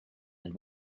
and